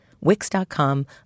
Wix.com